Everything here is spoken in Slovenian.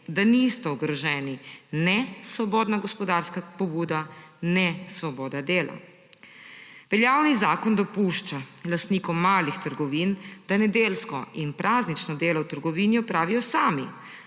da nista ogroženi ne svobodna gospodarska pobuda ne svoboda dela. Veljavni zakon dopušča lastnikom malih trgovin, da nedeljsko in praznično delo v trgovini opravijo sami